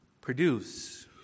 produce